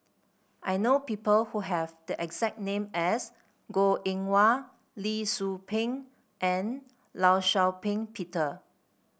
I know people who have the exact name as Goh Eng Wah Lee Tzu Pheng and Law Shau Ping Peter